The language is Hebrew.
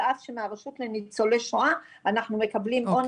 על אף שמהרשות לניצולי שונה אנחנו מקבלים און